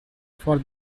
for